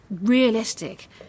Realistic